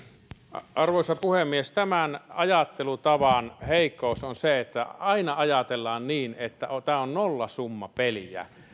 arvoisa puhemies tämän ajattelutavan heikkous on se että aina ajatellaan niin että tämä on nollasummapeliä